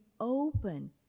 open